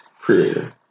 creator